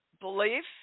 belief